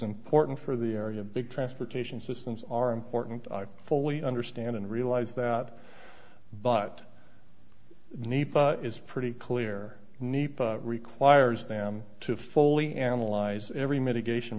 important for the area big transportation systems are important i fully understand and realize that but need is pretty clear nepa requires them to fully analyze every mitigation